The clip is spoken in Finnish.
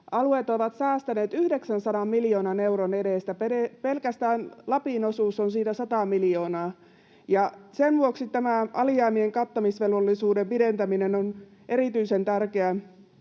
Alueet ovat säästäneet 900 miljoonan euron edestä, pelkästään Lapin osuus on siitä 100 miljoonaa, ja sen vuoksi tämä alijäämien kattamisvelvollisuuden pidentäminen on erityisen tärkeä